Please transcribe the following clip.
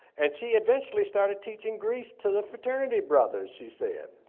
and she eventually started teaching greece to the fraternity brothers, she said.